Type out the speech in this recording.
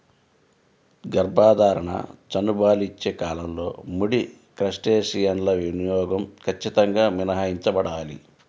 గర్భధారణ, చనుబాలిచ్చే కాలంలో ముడి క్రస్టేసియన్ల వినియోగం ఖచ్చితంగా మినహాయించబడాలి